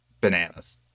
bananas